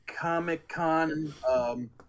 Comic-Con